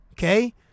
Okay